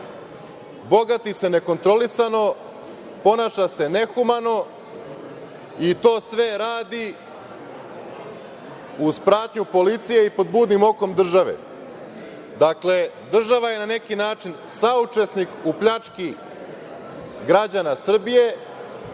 bogati se nekontrolisano, ponaša se nehumano i to sve radi uz pratnju policije i pod budnim okom države. Dakle, država je na neki način saučesnik u pljački građana Srbije,